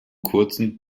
kurzen